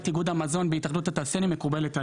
איגוד המזון בהתאחדות התעשיינים מקובלת עלינו.